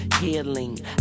healing